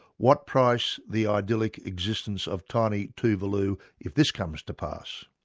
what price the idyllic existence of tiny tuvalu if this comes to pass.